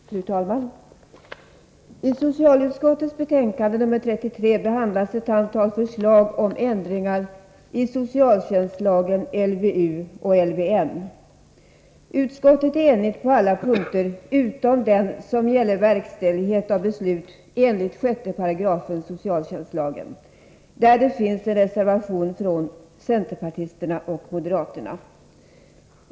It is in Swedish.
Fru talman! I socialutskottets betänkande nr 33 behandlas ett antal förslag om ändringar i socialtjänstlagen, LVU och LVM. Utskottet är enigt på alla punkter utom den som gäller verkställighet av beslut enligt 6 § socialtjänstlagen, där det finns en reservation från centerpartisterna och moderaterna.